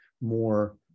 more